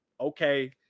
Okay